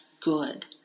good